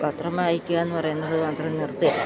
പത്രം വായിക്കുകയെന്ന് പറയുന്നത് മാത്രം നിർത്തുകയില്ല